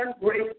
great